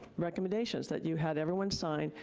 recommendations that you had everyone sign.